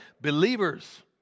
Believers